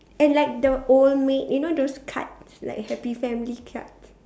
and like the old maid you know those cards like happy family cards